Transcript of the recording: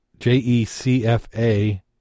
J-E-C-F-A